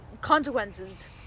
consequences